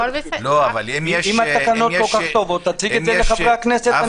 אם התקנות כל כך טובות, תציג את זה לחברי הכנסת.